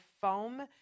foam